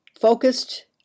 focused